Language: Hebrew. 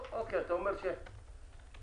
אתה אומר שסמ"ס,